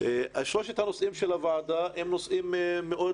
שלושת הנושאים של הוועדה הם נושאים מאוד